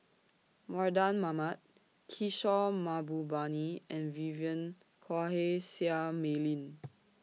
Mardan Mamat Kishore Mahbubani and Vivien Quahe Seah Mei Lin